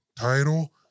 title